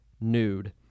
nude